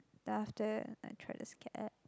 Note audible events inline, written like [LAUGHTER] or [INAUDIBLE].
then after that I try to [NOISE]